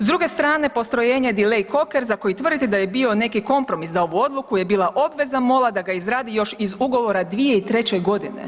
S druge strane postrojenje delay coker za koji tvrdite da je bio neki kompromis za ovu odluku je bila obveza MOL-a da ga izradi još iz ugovora 2003. godine.